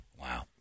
Wow